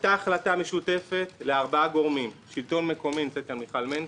הייתה החלטה משותפת לארבעה גורמים: שלטון מקומי נמצאת כאן מיכל מנקס,